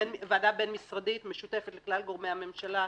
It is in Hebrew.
בין-משרדית משותפת לכלל גורמי הממשלה.